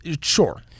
sure